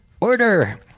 order